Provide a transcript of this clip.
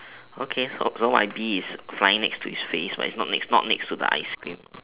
okay so so my bee is flying next to his face but it's not it's not next to the ice cream